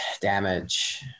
damage